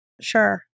sure